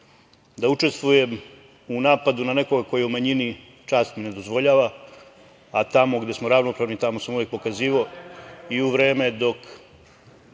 Da učestvujem u napadu na nekoga ko je u manjini čast mi ne dozvoljava, a tamo gde smo ravnopravni, tamo sam uvek pokazivao, i u vreme dok